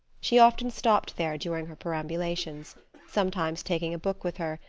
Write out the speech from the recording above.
she often stopped there during her perambulations sometimes taking a book with her,